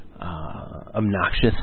obnoxious